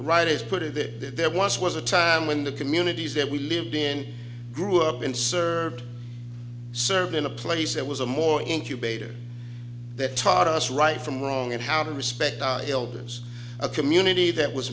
right is put it that there once was a time when the communities that we lived in grew up in served served in a place that was a more into better that taught us right from wrong and how to respect others a community